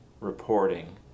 reporting